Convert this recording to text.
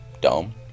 dumb